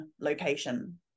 location